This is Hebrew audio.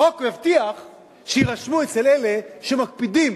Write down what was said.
החוק מבטיח שיירשמו אצל אלה שמקפידים